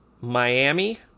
Miami